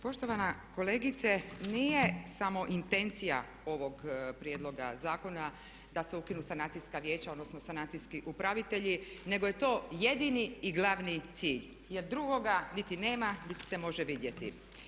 Poštovana kolegice nije samo intencija ovog prijedloga zakona da se ukinu sanacijska vijeća odnosno sanacijski upravitelji nego je to jedini i glavni cilj jer drugoga niti nema niti se može vidjeti.